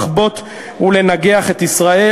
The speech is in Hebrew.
לחבוט ולנגח את ישראל.